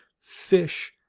fish,